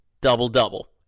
double-double